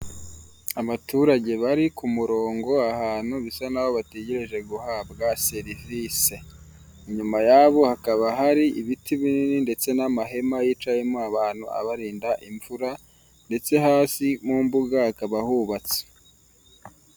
Abaturage bari ku murongo ahantu bisa naho bategereje guhabwa serivisi inyuma yabo hakaba hari ibiti binini ndetse n'amahema yicayemo abantu abarinda imvura, ndetse hasi mu mbuga hakaba hubatse.